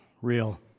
Real